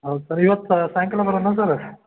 ಹೌದು ಸರ್ ಇವತ್ತು ಸಾಯಿಂಕಾಲ ಬರೋಣ ಸರ್